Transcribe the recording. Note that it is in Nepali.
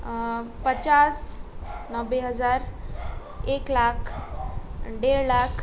पचास नब्बे हजार एक लाख डेढ लाख